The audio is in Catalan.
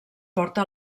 porta